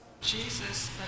Jesus